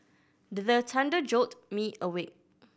the thunder jolt me awake